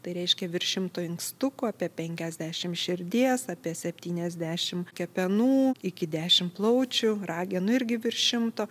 tai reiškia virš šimto inkstukų apie penkiasdešimt širdies apie septyniasdešimt kepenų iki dešimt plaučių ragenų irgi virš šimto